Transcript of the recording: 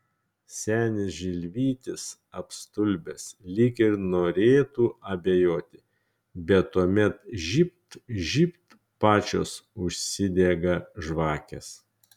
senis žilvytis apstulbęs lyg ir norėtų abejoti bet tuomet žybt žybt pačios užsidega žvakės